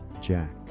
Jack